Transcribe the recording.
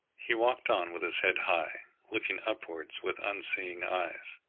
he walked on with his head high, looking upwards with unseeing eyes.